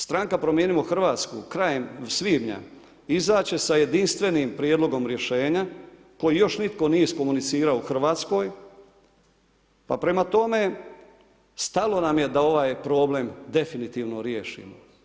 Stranka Promijenimo Hrvatsku krajem svibnja izaći će sa jedinstvenim prijedlogom rješenja koji još nitko nije iskomunicirao u Hrvatskoj pa prema tome stalo nam je da ovaj problem definitivno riješimo.